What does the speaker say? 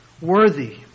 worthy